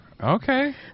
Okay